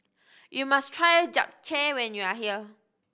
you must try Japchae when you are here